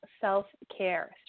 self-care